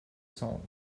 song